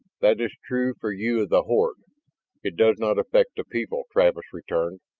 that is true for you of the horde it does not affect the people, travis returned.